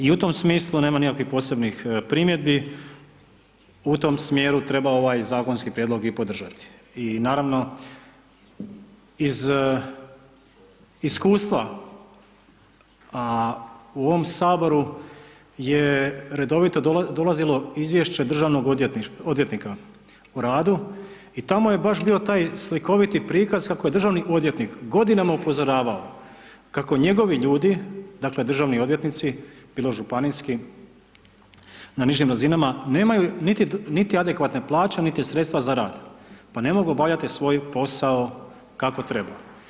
I u tom smislu nema nikakvih posebnih primjedbi, u tom smjeru treba ovaj zakonski prijedlog i podržati i naravno iz iskustva, a u ovom saboru je redovito dolazilo izvješće državnog odvjetnika o radu i tamo je baš bio taj slikoviti prikaz kako je državni odvjetnik godinama upozoravao kako njegovi ljudi, dakle državni odvjetnici, bilo županijski na nižim razinama nemaju niti adekvatne plaće, niti sredstva za rada pa ne mogu obavljati svoj posao kako treba.